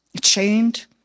chained